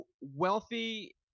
wealthy